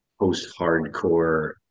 post-hardcore